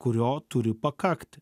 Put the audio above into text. kurio turi pakakti